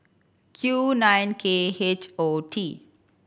Q nine K H O T